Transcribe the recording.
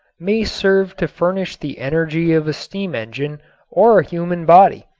may serve to furnish the energy of a steam engine or a human body.